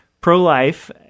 pro-life